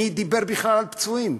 מי דיבר בכלל על פצועים?